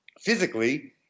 physically